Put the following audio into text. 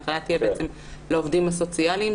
ההנחיה תהיה לעובדים הסוציאליים,